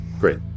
Great